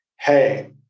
hey